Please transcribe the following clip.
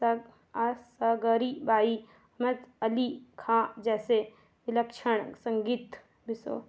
स आसा गरी बाई अमजद अली ख़ाँ जैसे विलक्षण संगीत बिसो